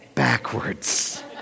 backwards